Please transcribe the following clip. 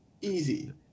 easy